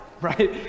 right